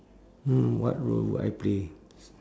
hmm what role would I play